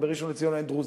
ובראשון-לציון אין דרוזים,